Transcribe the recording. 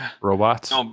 Robots